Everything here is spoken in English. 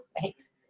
Thanks